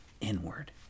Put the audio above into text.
inward